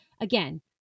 Again